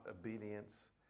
obedience